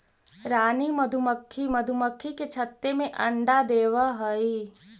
रानी मधुमक्खी मधुमक्खी के छत्ते में अंडा देवअ हई